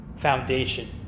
foundation